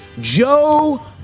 Joe